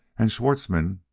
and schwartzmann,